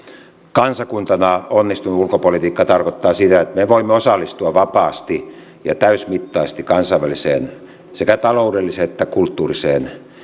kansakuntana onnistunut ulkopolitiikka tarkoittaa sitä että me voimme osallistua vapaasti ja täysimittaisesti kansainväliseen sekä taloudelliseen että kulttuuriseen